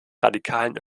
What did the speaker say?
radikalen